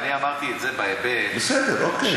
אני אמרתי את זה בהיבט, בסדר, אוקיי.